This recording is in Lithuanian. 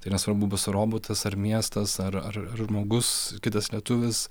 tai nesvarbu bus robotas ar miestas ar ar ar žmogus kitas lietuvis